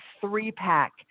three-pack